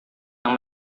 yang